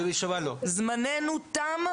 זממנו תם.